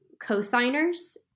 co-signers